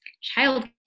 child